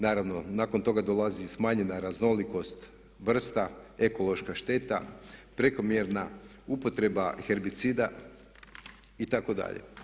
Naravno nakon toga dolazi smanjena raznolikost vrsta, ekološka šteta, prekomjerna upotreba herbicida itd.